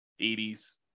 80s